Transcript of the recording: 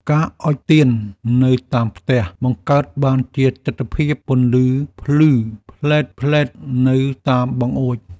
ការអុជទៀននៅតាមផ្ទះ បង្កើតបានជាទិដ្ឋភាពពន្លឺភ្លឹបភ្លែតៗនៅតាមបង្អួច។